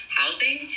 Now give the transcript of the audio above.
housing